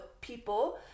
people